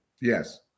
Yes